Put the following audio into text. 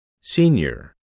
senior